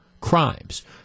crimes